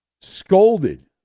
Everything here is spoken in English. scolded